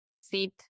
sit